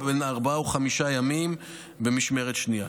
בארבעה או חמישה ימים במשמרת שנייה.